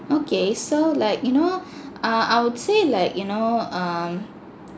okay so like you know err I would say like you know um